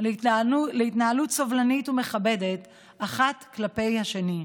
להתנהלות סובלנית ומכבדת אחת כלפי השני.